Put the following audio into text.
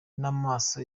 n’amaso